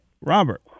Robert